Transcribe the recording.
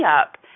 up